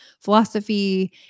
philosophy